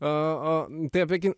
o tai apie